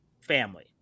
family